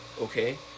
Okay